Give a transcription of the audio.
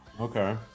okay